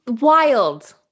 wild